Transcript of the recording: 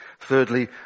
Thirdly